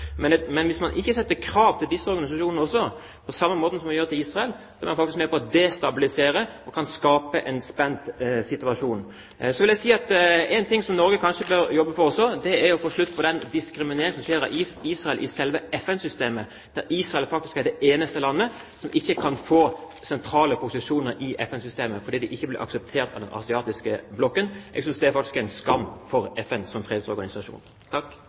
Men hvis man ikke stiller krav til disse organisasjonene også, på samme måte som vi gjør til Israel, vil det faktisk være med på å destabilisere og kan skape en spent situasjon. Så vil jeg si at én ting som Norge kanskje bør jobbe for, er å få slutt på den diskrimineringen som skjer av Israel i selve FN-systemet. Israel er faktisk det eneste landet som ikke kan få sentrale posisjoner i FN-systemet, fordi de ikke blir akseptert av den asiatiske blokken. Jeg synes faktisk det er en skam for FN som fredsorganisasjon.